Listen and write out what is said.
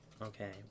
Okay